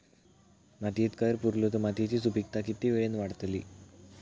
मातयेत कैर पुरलो तर मातयेची सुपीकता की वेळेन वाडतली?